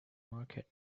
market